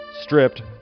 stripped